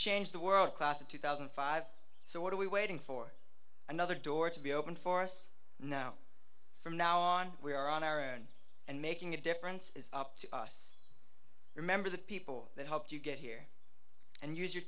change the world class of two thousand and five so what are we waiting for another door to be opened for us now from now on we are on our own and making a difference to us remember the people that helped you get here and use your